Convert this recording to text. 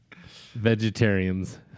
vegetarians